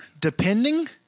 depending